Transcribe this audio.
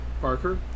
Parker